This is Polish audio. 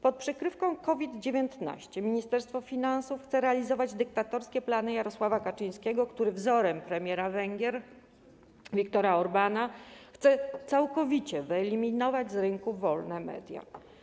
Pod przykrywką COVID-19 Ministerstwo Finansów chce realizować dyktatorskie plany Jarosława Kaczyńskiego, który wzorem premiera Węgier Viktora Orbána chce całkowicie wyeliminować z rynku wolne media.